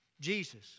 Jesus